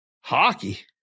Hockey